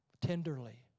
tenderly